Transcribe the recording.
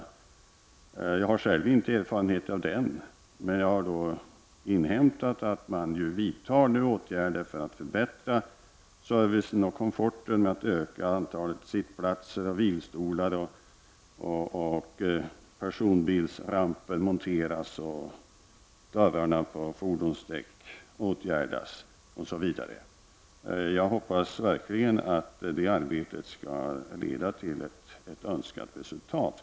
Själv har jag inte några erfarenheter av den båten, men jag har inhämtat att man nu vidtar åtgärder för att förbättra servicen och komforten genom att öka antalet sittplatser och vilstolar, montera personbilsramper och åtgärda dörrarna på fordonsdåck osv. Jag hoppas verkligen att detta arbete skall leda till ett önskat resultat.